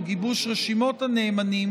או גיבוש רשימות הנאמנים,